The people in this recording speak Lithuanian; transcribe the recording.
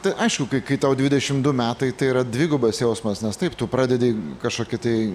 tai aišku kai kai tau dvidešim du metai tai yra dvigubas jausmas nes taip tu pradedi kažkokį tai